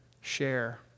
share